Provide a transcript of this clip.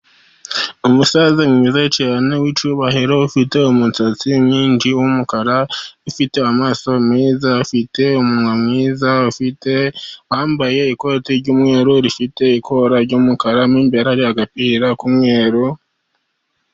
Umusaza ni mwiza yicaye mu mwanya w'icyubahiro. Afite umusatsi mwinshi w'umukara, afite amaso meza, afite umunwa mwiza. Wambaye ikoti ry'umweru rifite ikora ry'umukara imbere harimo agapira k'umweru.